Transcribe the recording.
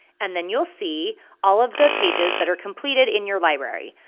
and then you'll see all of the pages that are completed in your library.